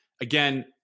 Again